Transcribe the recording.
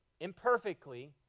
imperfectly